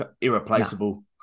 Irreplaceable